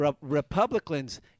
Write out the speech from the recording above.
Republicans